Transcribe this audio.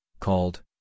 Called